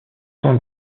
soin